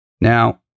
Now